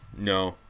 No